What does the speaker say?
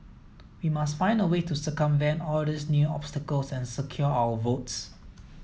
we must find a way to circumvent all these new obstacles and secure our votes